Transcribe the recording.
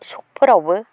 स'खफोरावबो